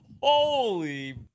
holy